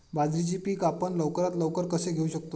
बाजरीचे पीक आपण लवकरात लवकर कसे घेऊ शकतो?